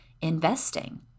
investing